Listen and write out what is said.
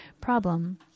problem